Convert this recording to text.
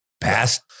past